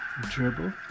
Dribble